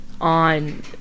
on